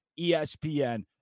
ESPN